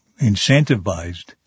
incentivized